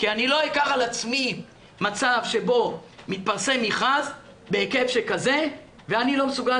כי לא אקח על עצמי מצב שבו מתפרסם מכרז בהיקף שכזה ואני לא מסוגל